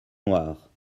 noire